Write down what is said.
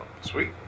sweet